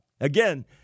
again